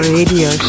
Radio